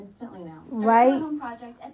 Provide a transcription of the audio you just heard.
right